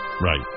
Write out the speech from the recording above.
Right